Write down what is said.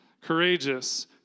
courageous